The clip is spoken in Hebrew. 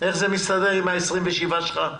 איך זה מסתדר עם ה-27 שלך?